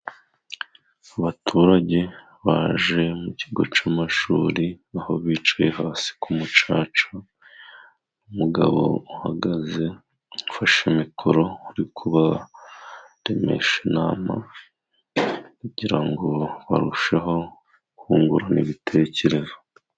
Abaturage baje mu kigo cy'amashuri, aho bicaye hasi ku mucaca, umugabo uhagaze ufashe mikoro, uri kubaremesha inama, kugira ngo barusheho kungurana ibitekerezo.